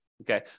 okay